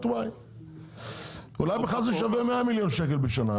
Y. אולי בכלל זה שווה 100 מיליון שקל בשנה,